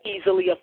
easily